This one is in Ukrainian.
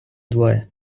двоє